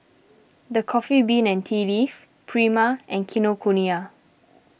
the Coffee Bean and Tea Leaf Prima and Kinokuniya